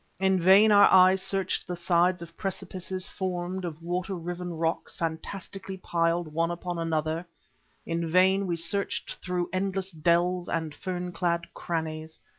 in vain our eyes searched the sides of precipices formed of water-riven rocks fantastically piled one upon another in vain we searched through endless dells and fern-clad crannies.